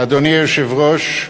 אדוני היושב-ראש,